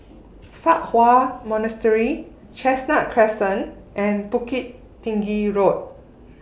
Fa Hua Monastery Chestnut Crescent and Bukit Tinggi Road